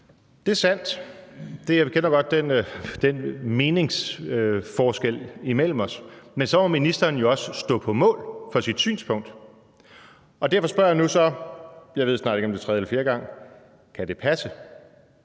Det er sandt. Jeg kender godt den meningsforskel imellem os, men så må ministeren jo også stå på mål for sit synspunkt. Og derfor spørger jeg så nu for, jeg ved snart ikke, om det er tredje eller fjerde gang: Kan det passe?